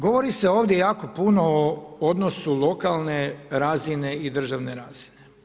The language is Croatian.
Govori se ovdje jako puno o odnosu lokalne razine i državne razine.